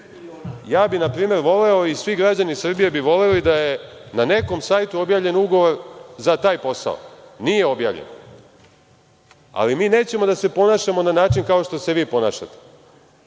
Ja bih npr. voleo i svi građani Srbije bi voleli da je na nekom sajtu objavljen ugovor za taj posao. Nije objavljen. Ali mi nećemo da se ponašamo na način kao što se vi ponašate. Dakle